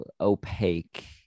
opaque